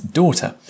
daughter